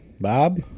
bob